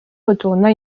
retourna